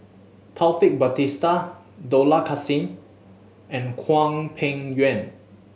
Taufik Batisah Dollah Kassim and Hwang Peng Yuan